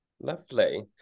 Lovely